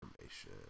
information